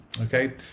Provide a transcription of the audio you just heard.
okay